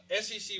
SEC